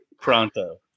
pronto